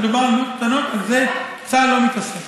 כשמדובר במעות קטנות, צה"ל לא מתעסק.